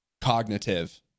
cognitive